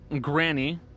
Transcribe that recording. Granny